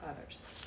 others